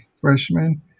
freshman